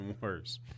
worse